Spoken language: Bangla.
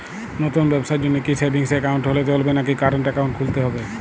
নতুন ব্যবসার জন্যে কি সেভিংস একাউন্ট হলে চলবে নাকি কারেন্ট একাউন্ট খুলতে হবে?